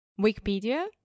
Wikipedia